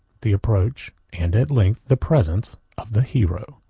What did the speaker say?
the approach, and at length the presence, of the hero,